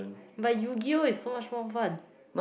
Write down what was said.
but yu-gi-oh is so much more fun